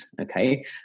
okay